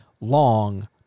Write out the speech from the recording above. long